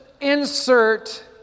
insert